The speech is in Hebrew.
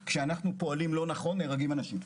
כי כשאנחנו פועלים לא נכון נהרגים אנשים,